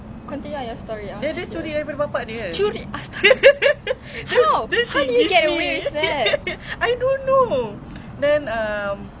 continue ah your story curi asta~ how how did he get away with that